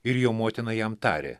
ir jo motina jam tarė